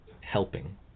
helping